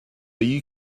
you